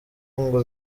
ngo